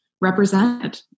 represented